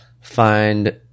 find